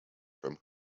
from